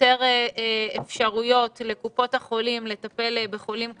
יותר אפשרויות לקופות החולים לטפל בעיקר בחולים קלים,